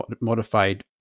modified